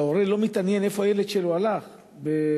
וההורה לא מתעניין לאן הילד שלו הלך ב-24:00,